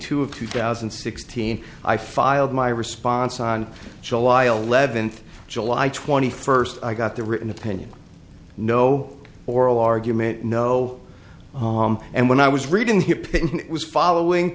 two of two thousand and sixteen i filed my response on july eleventh july twenty first i got the written opinion no oral argument no home and when i was reading he was following